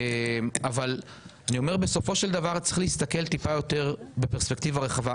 צריך להסתכל בפרספקטיבה יותר רחבה,